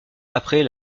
après